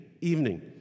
evening